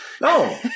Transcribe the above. No